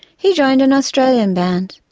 he joined an australian band,